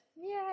Yay